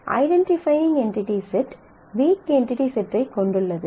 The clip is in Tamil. identifying entity set weak entity set ஐக் கொண்டுள்ளது